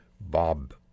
Bob